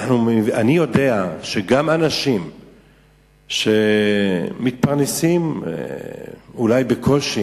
אני יודע שגם אנשים שאולי מתפרנסים בקושי,